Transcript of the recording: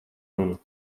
runu